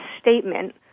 statement